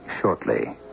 shortly